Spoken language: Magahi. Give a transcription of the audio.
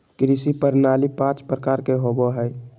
कृषि प्रणाली पाँच प्रकार के होबो हइ